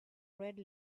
red